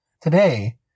Today